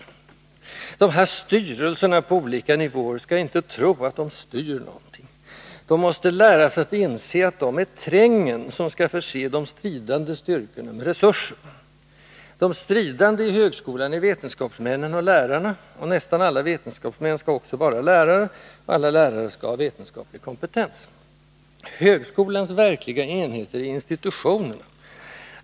De här ”styrelserna” på olika nivåer skall inte tro att de styr någonting: de måste läras att inse att de är trängen, som skall förse de stridande styrkorna med resurser. De stridande i högskolan är vetenskapsmännen och lärarna, och — nästan — alla vetenskapsmän skall också vara lärare, och alla lärare skall ha vetenskaplig kompetens. ”Högskolans” verkliga enheter är institutionerna.